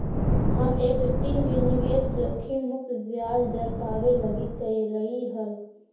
हम एफ.डी में निवेश जोखिम मुक्त ब्याज दर पाबे लागी कयलीअई हल